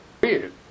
Weird